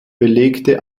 belegte